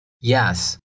Yes